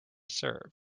serve